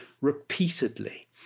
repeatedly